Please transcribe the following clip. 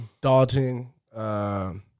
Dalton, –